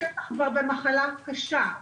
השטח כבר במחלה קשה.